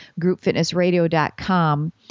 groupfitnessradio.com